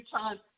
time